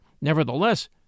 Nevertheless